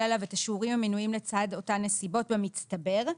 עליו את השיעורים המנויים לצד אותן נסיבות במצטבר,